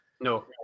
no